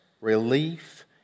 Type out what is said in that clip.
relief